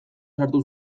sartu